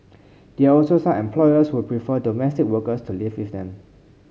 there are also some employers who prefer domestic workers to live with them